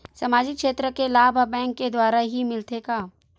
सामाजिक क्षेत्र के लाभ हा बैंक के द्वारा ही मिलथे का?